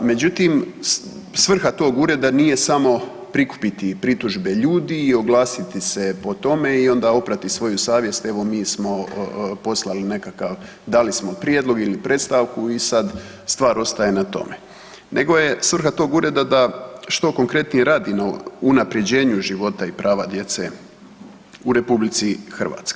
Međutim, svrha tog ureda nije samo prikupiti pritužbe ljudi i oglasiti se po tome i onda oprati svoju savjest, evo mi smo poslali nekakav dali smo prijedlog ili predstavku i sad stvar ostaje na tome, nego je svrha tog ureda da što konkretnije radi na unapređenju života i prava djece u RH.